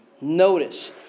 Notice